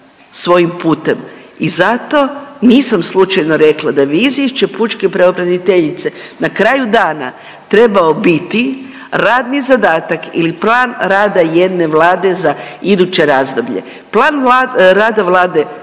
svojim putem. I zato nisam slučajno rekla da bi izvješće pučke pravobraniteljice na kraju dana trebao biti radni zadatak ili plan rada jedne vlade za iduće razdoblje. Plan rada Vlada